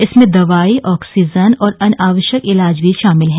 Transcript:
इसमें दवाई ऑक्सीजन और अन्य आवश्यक इलाज भी शामिल हैं